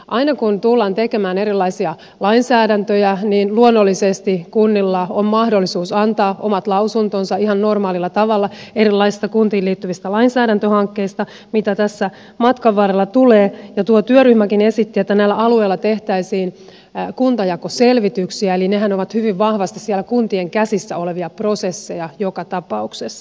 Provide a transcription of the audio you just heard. aina kun tullaan tekemään erilaisia lainsäädäntöjä luonnollisesti kunnilla on mahdollisuus antaa omat lausuntonsa ihan normaalilla tavalla erilaisista kuntiin liittyvistä lainsäädäntöhankkeista mitä tässä matkan varrella tulee ja tuo työryhmäkin esitti että näillä alueilla tehtäisiin kuntajakoselvityksiä eli nehän ovat hyvin vahvasti siellä kuntien käsissä olevia prosesseja joka tapauksessa